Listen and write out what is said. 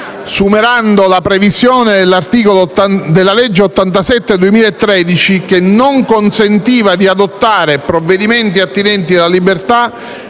superando la previsione della legge n. 87 del 2013, che non consentiva di adottare provvedimenti attinenti alla libertà